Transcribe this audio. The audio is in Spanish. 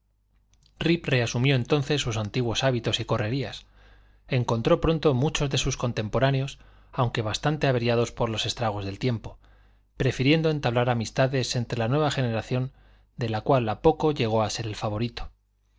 rip reasumió entonces sus antiguos hábitos y correrías encontró pronto muchos de sus contemporáneos aunque bastante averiados por los estragos del tiempo prefiriendo entablar amistades entre la nueva generación de la cual a poco llegó a ser el favorito